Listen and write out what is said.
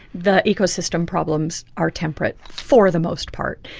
the eco-system problems are temperate for the most part.